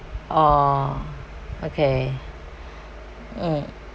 oh okay mm